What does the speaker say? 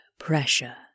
pressure